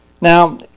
Now